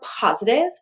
positive